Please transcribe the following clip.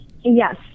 Yes